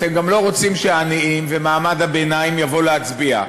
אתם גם לא רוצים שהעניים ומעמד הביניים יבואו להצביע,